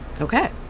okay